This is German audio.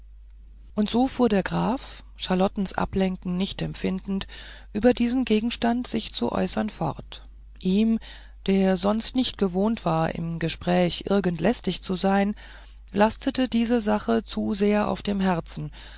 und so fuhr der graf charlottens ablenken nicht empfindend über diesen gegenstand sich zu äußern fort ihm der sonst nicht gewohnt war im gespräch irgend lästig zu sein lastete diese sache zu sehr auf dem herzen